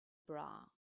bra